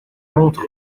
montre